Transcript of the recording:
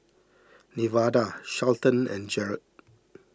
Nevada Shelton and Jerod